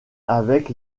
avec